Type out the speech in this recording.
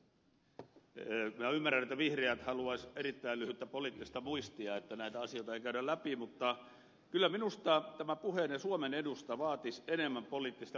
minä ymmärrän että vihreät haluaisivat erittäin lyhyttä poliittista muistia että näitä asioita ei käydä läpi mutta kyllä minusta tämä puhuminen suomen edusta vaatisi enemmän poliittista pohdintaa